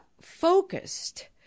focused